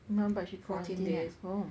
oh but she quarantine at home